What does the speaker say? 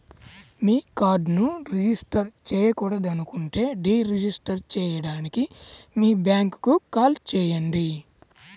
మీ కార్డ్ను రిజిస్టర్ చేయకూడదనుకుంటే deregister చేయడానికి మీ బ్యాంక్కు కాల్ చేయండి